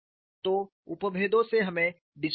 तो उपभेदों से हमें डिस्प्लेसमेंट का पता लगाना होगा